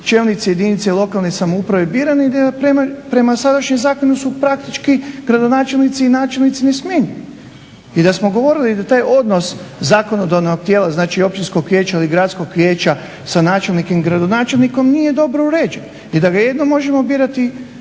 čelnici jedinice lokalne samouprave birani i da je prema sadašnjem zakonu su praktički gradonačelnici i načelnici nesmjenjivi. I da smo govorili da taj odnos zakonodavnog tijela, znači općinskog vijeća, ili gradskog vijeća sa načelnikom i gradonačelnikom nije dobro uređen i da ga jedino možemo birati